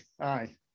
aye